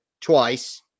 twice